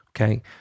okay